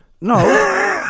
No